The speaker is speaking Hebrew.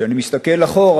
כשאני מסתכל אחורה,